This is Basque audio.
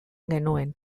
genuen